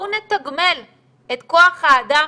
בואו נתגמל את כוח האדם